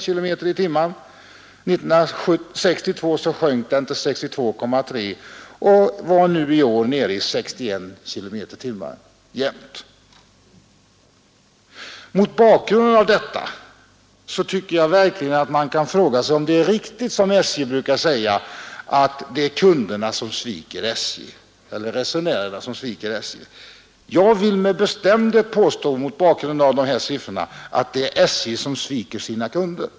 År 1962 sjönk denna hastighet till 62,3, och den var nu i år Mot bakgrund av detta tycker jag verkligen att man kan fråga sig om det är riktigt som SJ brukar säga, att det är resenärerna som sviker SJ. Jag vill med bestämdhet påstå att det är SJ som sviker sina kunder.